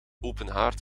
openhaard